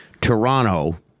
Toronto